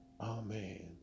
Amen